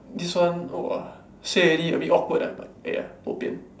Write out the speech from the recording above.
this one !whoa! say already a bit awkward ah but ya bo pian